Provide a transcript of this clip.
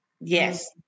Yes